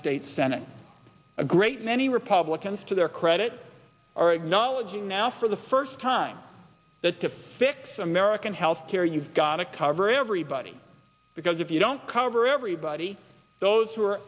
states senate a great many republicans to their credit are acknowledging now for the first time that to fix american healthcare you've gotta cover everybody because if you don't cover everybody those who are